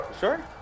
Sure